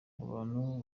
abantu